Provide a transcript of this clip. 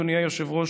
אדוני היושב-ראש,